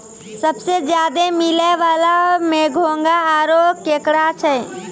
सबसें ज्यादे मिलै वला में घोंघा आरो केकड़ा छै